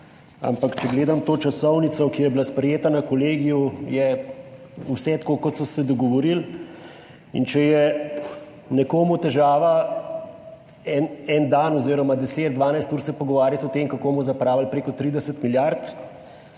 Ampak če gledam to časovnico, ki je bila sprejeta na kolegiju, je vse tako, kot so se dogovorili. In če je nekomu težava se en dan oziroma 10, 12 ur pogovarjati o tem, kako bomo zapravili preko 30 milijard,